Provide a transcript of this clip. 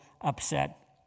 upset